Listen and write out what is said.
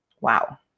Wow